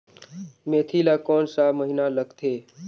मेंथी ला कोन सा महीन लगथे?